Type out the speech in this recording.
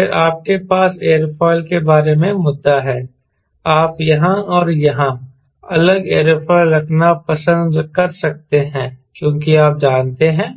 फिर आपके पास एयरोफॉयल के बारे में मुद्दा है आप यहां और यहां अलग एयरोफॉयल रखना पसंद कर सकते हैं क्योंकि आप जानते हैं